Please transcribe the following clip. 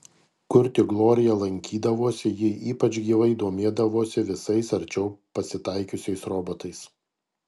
kur tik glorija lankydavosi ji ypač gyvai domėdavosi visais arčiau pasitaikiusiais robotais